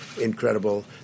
incredible